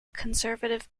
conservative